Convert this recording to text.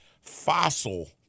fossil